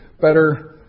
better